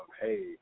hey